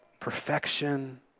perfection